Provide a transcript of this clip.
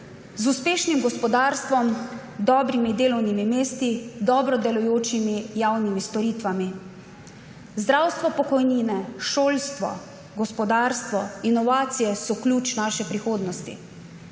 z uspešnim gospodarstvom, dobrimi delovnimi mesti, dobro delujočimi javnimi storitvami. Zdravstvo, pokojnine, šolstvo, gospodarstvo, inovacije so ključ naše prihodnosti.